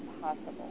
possible